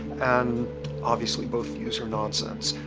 and obviously both views are nonsense.